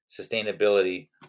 sustainability